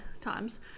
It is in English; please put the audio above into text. times